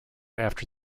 after